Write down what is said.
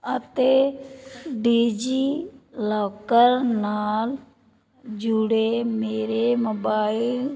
ਅਤੇ DigiLocker ਨਾਲ ਜੁੜੇ ਮੇਰੇ ਮੋਬਾਇਲ